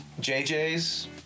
jj's